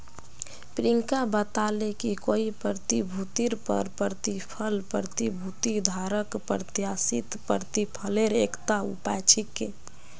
प्रियंका बताले कि कोई प्रतिभूतिर पर प्रतिफल प्रतिभूति धारकक प्रत्याशित प्रतिफलेर एकता उपाय छिके